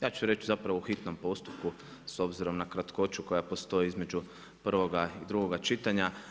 Ja ću reći zapravo u hitnom postupku s obzirom na kratkoću koja postoji između prvoga i drugoga čitanja.